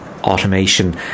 automation